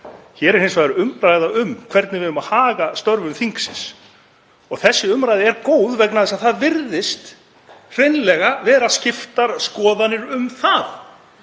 Hér er hins vegar umræða um hvernig við eigum að haga störfum þingsins. Þessi umræða er góð vegna þess að það virðast hreinlega vera skiptar skoðanir um það.